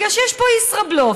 כי יש פה ישראבלוף.